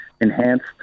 enhanced